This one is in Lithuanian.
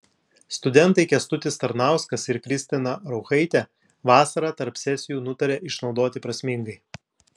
studentai kęstutis tarnauskas ir kristina rauchaitė vasarą tarp sesijų nutarė išnaudoti prasmingai